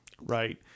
right